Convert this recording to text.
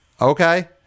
okay